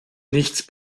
nichts